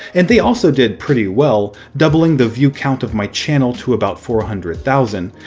and they also did pretty well, doubling the view count of my channel to about four hundred thousand.